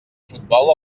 futbol